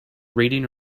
reading